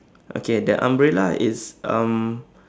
okay the umbrella is um